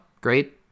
great